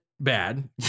bad